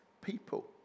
people